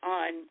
on